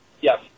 yes